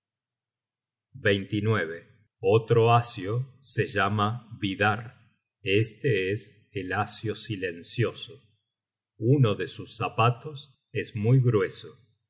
otro asio se llama vidarr este es el asio silencioso uno de sus zapatos es muy grueso